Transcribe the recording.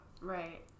right